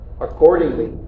accordingly